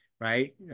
right